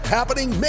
Happening